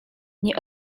nie